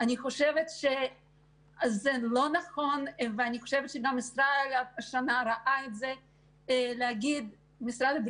אני חושבת שזה לא נכון אני חושבת שהשנה גם ישראל וייס ראה את זה